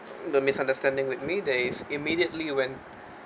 the misunderstanding with me they immediately went